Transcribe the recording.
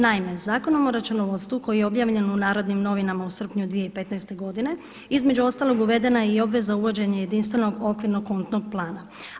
Naime, Zakonom o računovodstvu koji je objavljen u Narodnim novinama u srpnju 2015. godine, između ostalog uvedena je i obveza uvođenja jedinstvenog okvirnog kontnog plana.